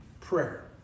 Prayer